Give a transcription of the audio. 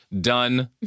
Done